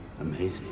Amazing